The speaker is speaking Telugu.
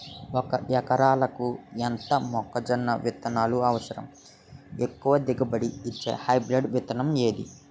ఒక ఎకరాలకు ఎంత మొక్కజొన్న విత్తనాలు అవసరం? ఎక్కువ దిగుబడి ఇచ్చే హైబ్రిడ్ విత్తనం ఏది?